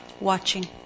watching